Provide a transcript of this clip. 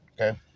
okay